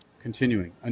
Continuing